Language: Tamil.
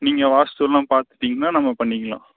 நீங்கள் வாஸ்துவெலாம் பார்த்துட்டிங்கனா நம்ம பண்ணிக்கலாம்